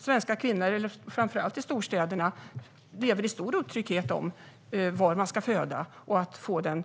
Svenska kvinnor i framför allt storstäderna upplever en stor otrygghet beträffande var de ska föda och huruvida de kan få den